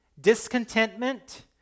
discontentment